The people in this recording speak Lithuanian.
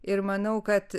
ir manau kad